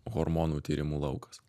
hormonų tyrimų laukas